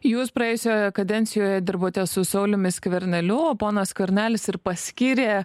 jūs praėjusioje kadencijoje dirbote su sauliumi skverneliu o ponas skvernelis ir paskyrė